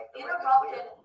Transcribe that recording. interrupted